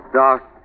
dark